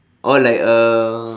oh like uh